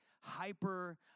hyper